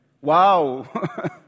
Wow